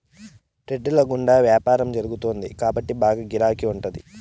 trades ల గుండా యాపారం జరుగుతుంది కాబట్టి బాగా గిరాకీ ఉంటాది